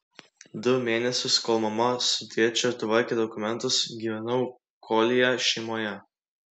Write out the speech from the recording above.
du mėnesius kol mama su tėčiu tvarkė dokumentus gyvenau koljė šeimoje